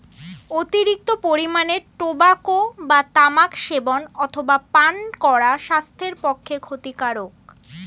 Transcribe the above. অতিরিক্ত পরিমাণে টোবাকো বা তামাক সেবন অথবা পান করা স্বাস্থ্যের পক্ষে ক্ষতিকারক